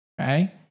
okay